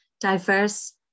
diverse